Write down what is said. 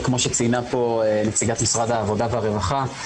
וכמו שציינה פה נציגת משרד העבודה והרווחה,